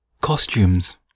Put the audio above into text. Costumes